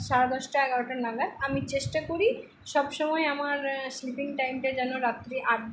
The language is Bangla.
সাড়ে দশটা এগারোটা নাগাদ আমি চেষ্টা করি সবসময় আমার স্লিপিং টাইমটা যেন রাত্রে